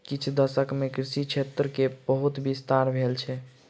किछ दशक मे कृषि क्षेत्र मे बहुत विस्तार भेल छै